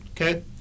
Okay